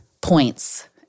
points